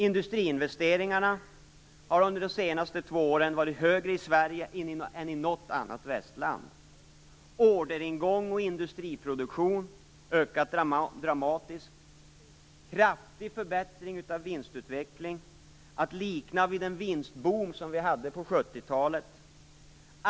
Industriinvesteringarna har under de senaste två åren varit högre i Sverige än i något annat västland. Orderingången och industriproduktionen har ökat dramatiskt. Det har blivit en kraftig förbättring av vinstutvecklingen, att likna vid den vinst-boom som vi hade på 70-talet.